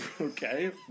okay